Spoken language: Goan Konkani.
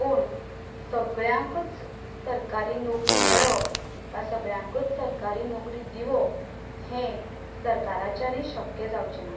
पूण सगळ्यांकूच सरकारी नोकरी मेळप वा सगळ्यांकूच सरकारी नोकरी दिवप हें सरकाराच्यानूय शक्य जावचें ना